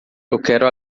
quero